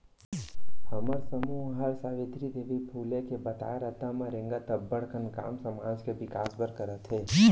हमर समूह हर सावित्री देवी फूले के बताए रद्दा म रेंगत अब्बड़ कन काम समाज के बिकास बर करत हे